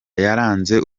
yarenze